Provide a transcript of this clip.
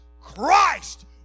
Christ